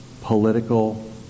political